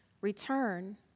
Return